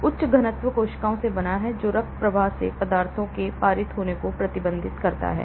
तो यह उच्च घनत्व कोशिकाओं से बना है जो रक्त प्रवाह से पदार्थों के पारित होने को प्रतिबंधित करता है